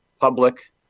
public